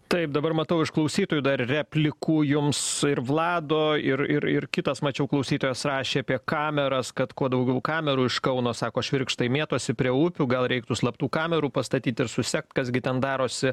taip dabar matau iš klausytojų dar replikų jums ir vlado ir ir kitas mačiau klausytojas rašė apie kameras kad kuo daugiau kamerų iš kauno sako švirkštai mėtosi prie upių gal reiktų slaptų kamerų pastatyt ir susekt kas gi ten darosi